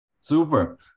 super